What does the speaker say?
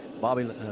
Bobby